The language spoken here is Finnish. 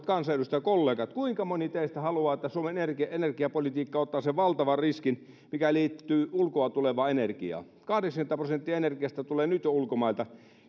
kansanedustajakollegat kuinka moni teistä haluaa että suomen energiapolitiikka ottaa sen valtavan riskin mikä liittyy ulkoa tulevaan energiaan kahdeksankymmentä prosenttia energiasta tulee jo nyt ulkomailta